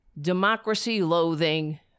democracy-loathing